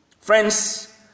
Friends